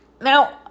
Now